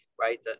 right